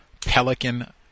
Pelican